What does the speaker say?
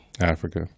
Africa